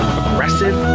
aggressive